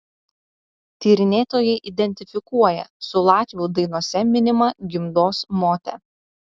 tyrinėtojai identifikuoja su latvių dainose minima gimdos mote